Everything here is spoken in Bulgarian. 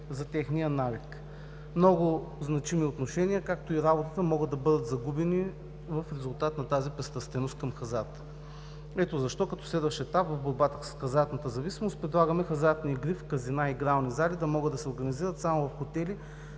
за техния навик. Много значими взаимоотношения и работата могат да бъдат загубени в резултат на тази пристрастеност към хазарта. Ето защо като следващ етап в борбата с хазартната зависимост предлагаме хазартни игри в казина и игрални зали да могат да се организират само в хотели